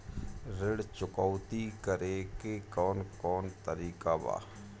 ऋण चुकौती करेके कौन कोन तरीका बा?